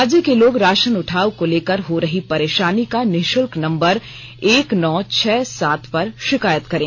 राज्य के लोग राशन उठाव को लेकर हो रही परेशानी का निःशुल्क नंबर एक नौ छह सात पर शिकायत करें